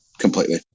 completely